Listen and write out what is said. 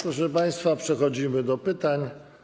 Proszę państwa, przechodzimy do pytań.